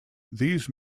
these